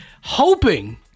hoping